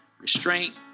restraint